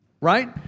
right